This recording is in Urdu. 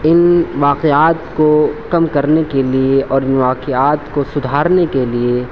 ان واقعات کو کم کرنے کے لیے اور ان واقعات کو سدھارنے کے لیے